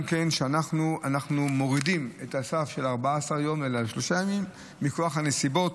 אנחנו גם מורידים את הסף של 14 יום לשלושה ימים מכורח הנסיבות,